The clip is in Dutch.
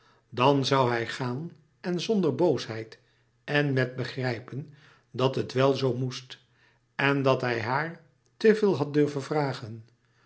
dan zoû hij gaan en zonder boosheid en met begrijpen dat het wel zoo moest en dat hij haar te veel had durven vragen